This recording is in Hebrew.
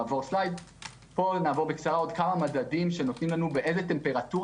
עוד כמה מדדים שנותנים לנו באיזו טמפרטורה